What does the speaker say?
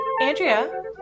Andrea